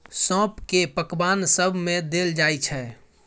सौंफ केँ पकबान सब मे देल जाइ छै